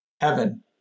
Heaven